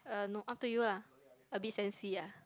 uh no up to you lah then see ah